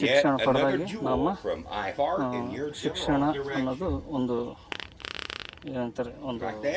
ಶಿಕ್ಷಣ ಪಡ್ದಾಗೆ ನಮ್ಮ ಶಿಕ್ಷಣ ಅನ್ನೋದು ಒಂದು ಏನಂತಾರೆ ಒಂದು